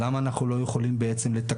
למה אנחנו לא יכולים לתקשר?